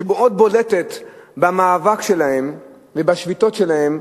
שמאוד בולטת במאבק שלהם ובשביתות שלהם: